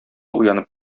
уянып